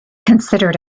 considered